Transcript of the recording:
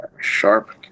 sharp